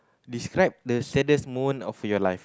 describe the saddest moment of your life